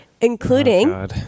Including